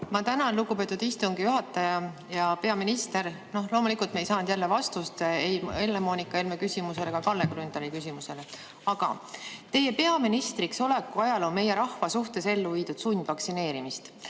Ma tänan, lugupeetud istungi juhataja! Hea peaminister! Loomulikult me ei saanud jälle vastust ei Helle-Moonika Helme küsimusele ega Kalle Grünthali küsimusele. Aga teie peaministriks oleku ajal on meie rahva suhtes ellu viidud sundvaktsineerimist,